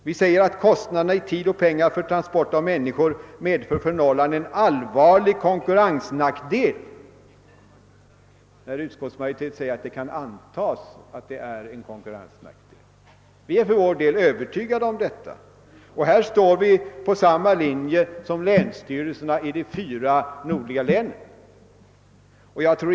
Vi framhåller att kostnaderna i tid och pengar för transport av människor medför för Norrland en allvarlig konkurrensnackdel, medan utskottsmajoriteten säger att det kan »antas» att här finns en konkurrensnackdel. Vi är för vår del övertygade om detta. Här står vi på samma linje som länsstyrelserna i de fyra nordligaste länen.